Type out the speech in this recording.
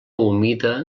humida